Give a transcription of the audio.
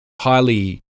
highly